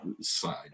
side